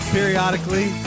Periodically